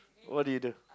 what did you do